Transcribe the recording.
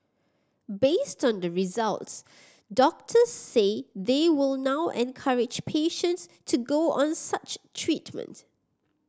based on the results doctors say they will now encourage patients to go on such treatment